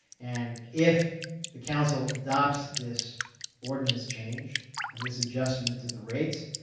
and if the council adopts this ordinance change and this adjustment to the rates,